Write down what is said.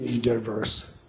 diverse